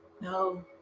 no